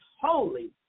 holy